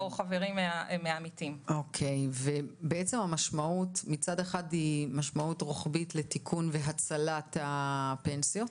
מצד אחד יש משמעות רוחבית לתיקון והצלת הפנסיות,